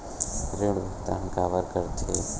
ऋण भुक्तान काबर कर थे?